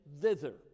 thither